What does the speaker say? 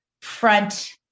front